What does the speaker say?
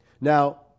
Now